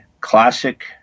classic